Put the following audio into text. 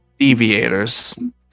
deviators